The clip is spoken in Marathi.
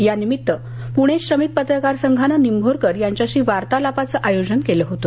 यानिमित्त पूणे श्रमिक पत्रकार संघांनं निम्भोरकर यांच्याशी वार्तलापाचं आयोजन केलं होतं